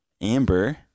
Amber